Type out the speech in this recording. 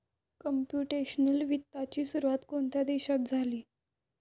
Computational वित्ताची सुरुवात कोणत्या देशात झाली?